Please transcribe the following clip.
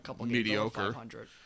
mediocre